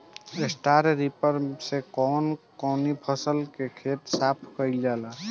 Straw reaper से कवन कवनी फसल के खेत साफ कयील जाला?